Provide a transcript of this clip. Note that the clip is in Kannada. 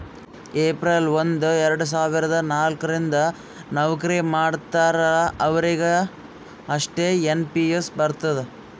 ಏಪ್ರಿಲ್ ಒಂದು ಎರಡ ಸಾವಿರದ ನಾಲ್ಕ ರಿಂದ್ ನವ್ಕರಿ ಮಾಡ್ತಾರ ಅವ್ರಿಗ್ ಅಷ್ಟೇ ಎನ್ ಪಿ ಎಸ್ ಬರ್ತುದ್